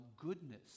goodness